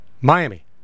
Miami